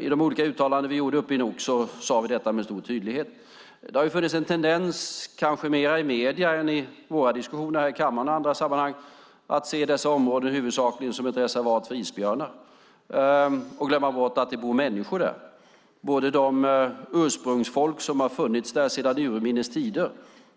I de olika uttalanden vi gjorde uppe i Nuuk sade vi detta med stor tydlighet. Det har funnits en tendens, kanske mer i medierna än i våra diskussioner här i kammaren och i andra sammanhang, att se dessa områden huvudsakligen som ett reservat för isbjörnar och glömma bort att det bor människor där, både de ursprungsfolk som har funnits där sedan urminnes tider